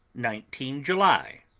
nineteen july.